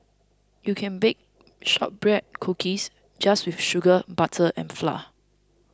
you can bake Shortbread Cookies just with sugar butter and flour